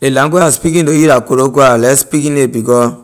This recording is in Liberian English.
Ley language I speaking to you la koloqua I like speaking it because